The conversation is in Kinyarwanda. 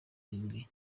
irindwi